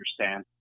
understand